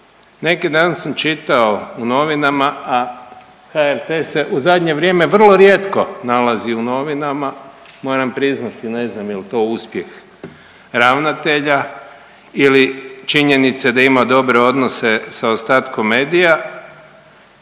Neki dan sam čitao u novinama a HRT-e se u zadnje vrijeme vrlo rijetko nalazi u novinama. Moram priznati ne znam jel' to uspjeh ravnatelja ili činjenice da ima dobre odnose sa ostatkom medija